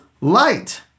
light